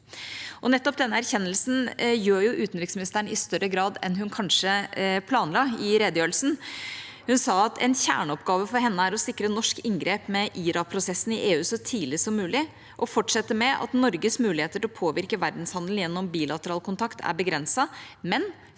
Nettopp denne erkjennelsen gjør jo utenriksministeren i større grad enn hun kanskje planla, i redegjørelsen. Hun sa at en kjerneoppgave for henne er å sikre norsk inngrep med IRA-prosessen i EU så tidlig som mulig, og fortsatte med at Norges muligheter til å påvirke verdenshandelen gjennom bilateral kontakt er begrenset, men